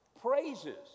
praises